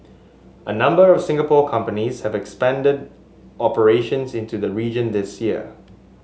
a number of Singapore companies have expanded operations into the region this year